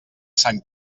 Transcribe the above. sant